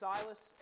Silas